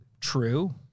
True